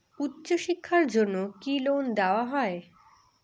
উচ্চশিক্ষার জন্য কি লোন দেওয়া হয়?